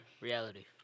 reality